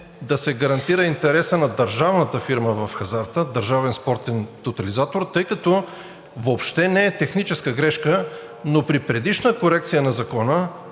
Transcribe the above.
да се гарантира интересът на държавната фирма в хазарта – Държавен спортен тотализатор, тъй като въобще не е техническа грешка, но при предишна корекция на закона